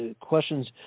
questions